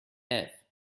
have